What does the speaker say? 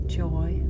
joy